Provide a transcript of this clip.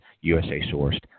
USA-sourced